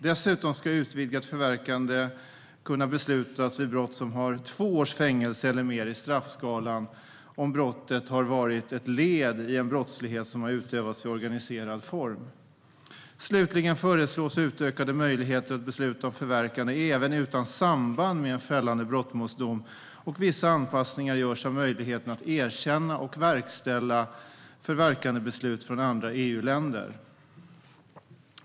Dessutom ska utvidgat förverkande kunna beslutas vid brott som har två års fängelse eller mer i straffskalan om brottet har varit ett led i en brottslighet som har utövats i organiserad form. Slutligen föreslås utökade möjligheter att besluta om förverkande även utan samband med en fällande brottmålsdom, och vissa anpassningar görs av möjligheterna att erkänna och verkställa förverkandebeslut från andra EU-länder.